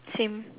same